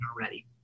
already